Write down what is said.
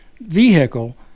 vehicle